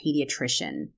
pediatrician